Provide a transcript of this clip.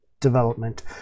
development